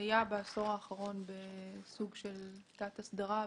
היה בעשור האחרון בסוג של תת הסדרה.